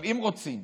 אם רוצים